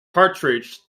partridge